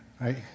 right